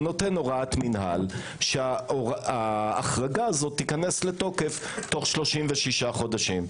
הוא נותן הוראת מינהל שההחרגה הזאת תיכנס לתוקף תוך 36 חודשים.